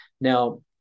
Now